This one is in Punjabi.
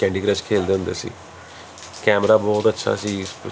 ਕੈਂਡੀ ਕ੍ਰੱਸ਼ ਖੇਲਦੇ ਹੁੰਦੇ ਸੀ ਕੈਮਰਾ ਬਹੁਤ ਅੱਛਾ ਸੀ